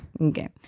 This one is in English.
Okay